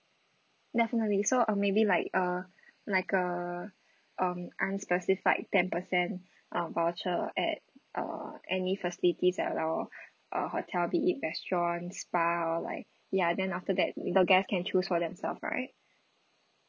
definitely so uh maybe like a like a um unspecified ten percent uh voucher at uh any facilities at our uh hotel be it restaurants spa or like ya then after that the guests can choose for themselves right